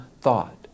thought